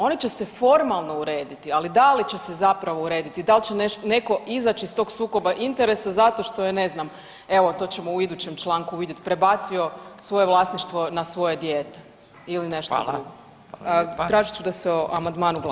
Oni će se formalno urediti, ali da li će se zapravo urediti, dal će neko izaći iz tog sukoba interesa zato što je ne znam, evo to ćemo u idućem članku vidjeti, prebacio svoje vlasništvo na svoje dijete ili nešto drugo [[Upadica Radin: Hvala.]] tražit ću da se o amandmanu glasa.